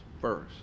first